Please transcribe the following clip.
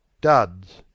duds